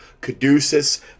caduceus